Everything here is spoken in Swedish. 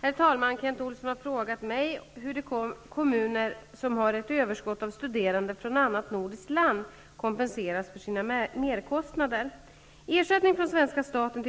Herr talman! Kent Olsson har frågat mig hur de kommuner som har ett överskott av studerande från annat nordiskt land kompenseras för sina merkostnader. fr.o.m. den 1